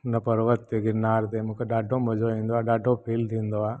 हुन पर्वत ते गिरनार ते मूंखे ॾाढो मज़ो ईंदो आहे ॾाढो फील थींदो आहे